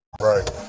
right